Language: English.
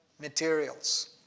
materials